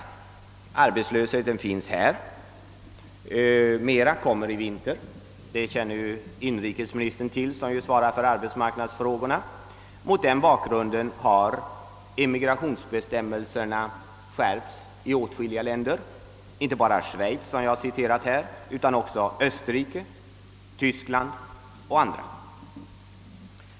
Vi har en arbetslöshet, och den kommer att bli ännu större i vinter. Det känner inrikesministern till; det är han som svarar för arbetsmarknadsfrågorna. Mot den bakgrunden har immigrationsbestämmelserna skärpts i åtskilliga länder, inte bara i Schweiz utan även i Österrike, Tyskland och andra länder.